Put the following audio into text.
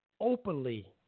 openly